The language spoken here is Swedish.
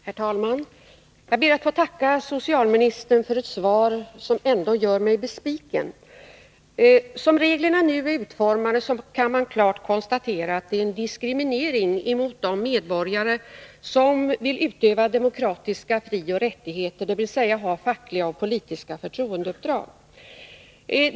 Herr talman! Jag ber att få tacka socialministern för svaret, ett svar som ändå gör mig besviken. Som reglerna nu är utformade kan man klart konstatera att det är en diskriminering mot de medborgare som vill utöva demokratiska frioch rättigheter, dvs. ha fackliga och politiska förtroendeuppdrag.